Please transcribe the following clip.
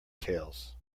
tales